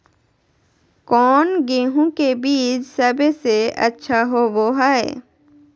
कौन गेंहू के बीज सबेसे अच्छा होबो हाय?